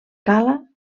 cala